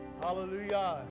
Hallelujah